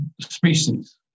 species